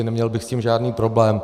Neměl bych s tím žádný problém.